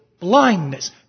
blindness